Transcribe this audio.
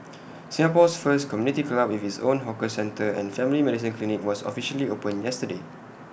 Singapore's first community club with its own hawker centre and family medicine clinic was officially opened yesterday